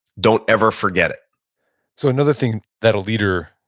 don't ever forget it so another thing that a leader